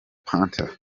panther